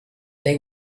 they